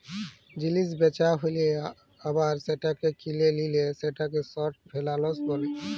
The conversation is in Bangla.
জিলিস বেচা হ্যালে আবার সেটাকে কিলে লিলে সেটাকে শর্ট ফেলালস বিলে